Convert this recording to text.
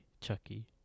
Chucky